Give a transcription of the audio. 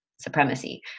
supremacy